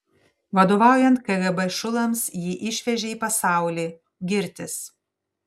vadovaujant kgb šulams jį išvežė į pasaulį girtis